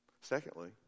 Secondly